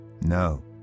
No